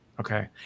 Okay